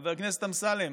חבר הכנסת אמסלם.